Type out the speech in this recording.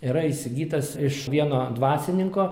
yra įsigytas iš vieno dvasininko